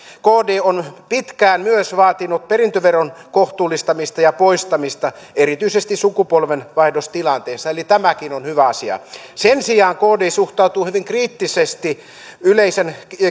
kd on pitkään myös vaatinut perintöveron kohtuullistamista ja poistamista erityisesti sukupolvenvaihdostilanteessa eli tämäkin on hyvä asia sen sijaan kd suhtautuu hyvin kriittisesti yleisen